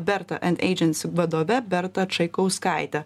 berto eneidžens vadove berta čaikauskaite